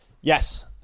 Yes